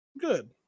Good